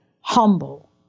humble